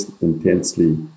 intensely